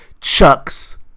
chucks